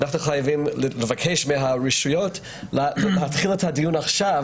אנחנו חייבים לבקש מהרשויות להתחיל את הדיון עכשיו,